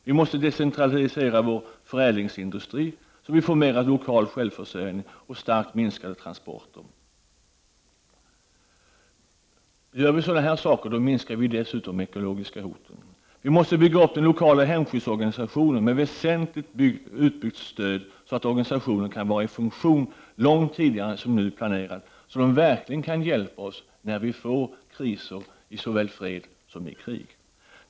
Vi måste decentralisera vår förädlingsindustri så att vi får mer av lokal självförsörjning och en stark minskning av transporterna. Med dessa åtgärder minskar dessutom de ekologiska hoten i styrka. Vi måste bygga upp den lokala hemskyddsorganisationen med ett väsentligt utbyggt stöd, så att organisationen kan vara i funktion långt tidigare än som nu planeras och så att organisationen verkligen kan hjälpa oss vid kriser i såväl fred som krig.